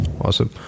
Awesome